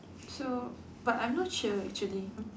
so but I'm not sure actually m~